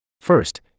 First